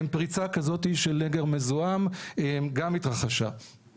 פריצה כזאת של נגר מזוהם גם התרחשה.